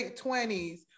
20s